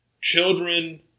children